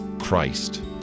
Christ